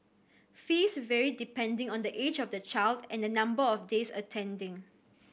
fees vary depending on the age of the child and the number of days attending